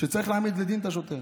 שצריך להעמיד לדין את השוטר,